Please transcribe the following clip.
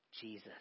Jesus